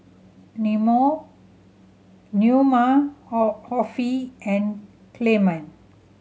Neoma Offie and Clement